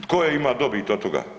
Tko je imao dobit od toga?